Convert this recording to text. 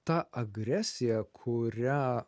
ta agresija kurią